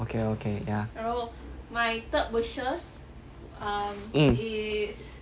okay okay ya mm